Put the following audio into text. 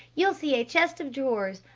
you'll see a chest of drawers.